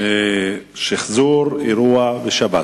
שחזור אירוע בשבת.